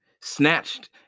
snatched